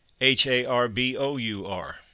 H-A-R-B-O-U-R